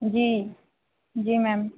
जी जी मैम